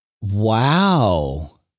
Wow